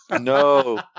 No